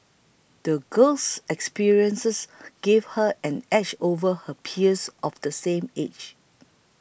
the girl's experiences gave her an edge over her peers of the same age